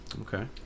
Okay